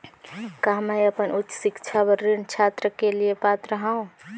का मैं अपन उच्च शिक्षा बर छात्र ऋण के लिए पात्र हंव?